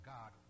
God